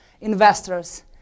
investors